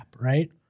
right